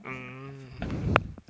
um